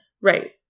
right